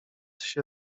się